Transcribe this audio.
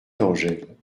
d’angèle